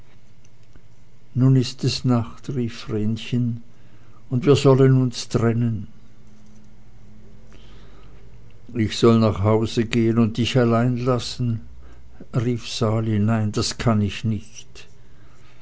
nun ist es nacht rief vrenchen und wir sollen uns trennen ich soll nach hause gehen und dich allein lassen rief sali nein das kann ich nicht